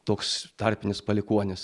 toks tarpinis palikuonis